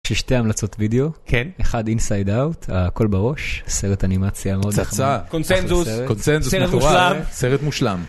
יש שתי המלצות וידאו, כן, אחד אינסייד אאוט, הכל בראש, סרט אנימציה מאוד נחמד, פצצה, קונצנזוס, סרט מושלם.